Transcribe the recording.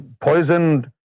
poisoned